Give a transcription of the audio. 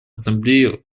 ассамблеи